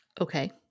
Okay